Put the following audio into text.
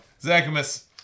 Zachamus